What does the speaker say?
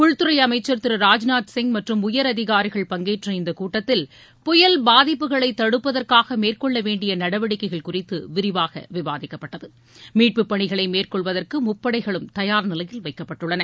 உள்துறை அமைச்சர் திரு ராஜ்நாத் சிங் மற்றும் உயர் அதிகாரிகள் பங்கேற்ற இந்த கூட்டத்தில் புயல் பாதிப்புகளை தடுப்பதற்காக மேற்கொள்ளவேண்டிய நடவடிக்கைகள் குறித்து விரிவாக விவாதிக்கப்பட்டது மீட்பு பணிகளை மேற்கொள்வதற்கு முப்படைகளும் தயார் நிலையில் வைக்கப்பட்டுள்ளன